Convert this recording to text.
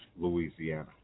Louisiana